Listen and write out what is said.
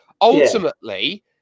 ultimately